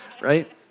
right